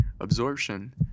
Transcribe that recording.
absorption